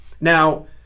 Now